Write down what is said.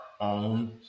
own